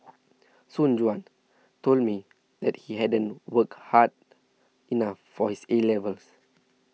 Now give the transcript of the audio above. soon Juan told me that he hadn't worked hard enough for his A levels